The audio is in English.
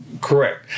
Correct